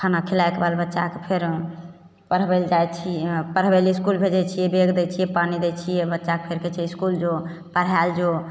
खाना खिलायके बाल बच्चाके फेर पढ़बय लए जाइ छी पढ़बय लए इसकुल भेजय छी बैग दै छियै पानि दै छियै बच्चाके फेर कहय छियै इसकुल जो पढ़य लए जो